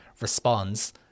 responds